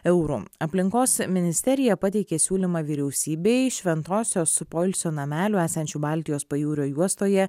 eurų aplinkos ministerija pateikė siūlymą vyriausybei šventosios poilsio namelių esančių baltijos pajūrio juostoje